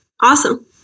Awesome